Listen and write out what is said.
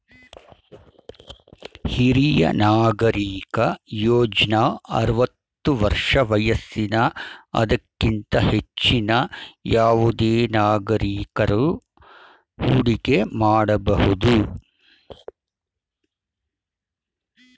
ಹಿರಿಯ ನಾಗರಿಕ ಯೋಜ್ನ ಆರವತ್ತು ವರ್ಷ ವಯಸ್ಸಿನ ಅದಕ್ಕಿಂತ ಹೆಚ್ಚಿನ ಯಾವುದೆ ನಾಗರಿಕಕರು ಹೂಡಿಕೆ ಮಾಡಬಹುದು